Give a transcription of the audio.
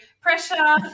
pressure